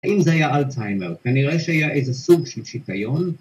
‫האם זה היה אלצהיימר? ‫כנראה שהיה איזה סוג של שיטיון.